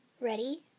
Ready